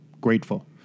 grateful